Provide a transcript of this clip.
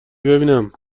ببینم